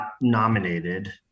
nominated